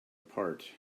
apart